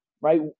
right